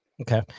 Okay